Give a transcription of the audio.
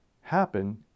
happen